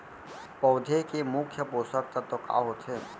पौधे के मुख्य पोसक तत्व का होथे?